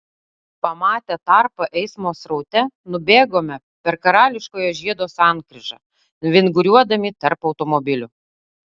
pamatę tarpą eismo sraute nubėgome per karališkojo žiedo sankryžą vinguriuodami tarp automobilių